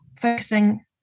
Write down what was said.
focusing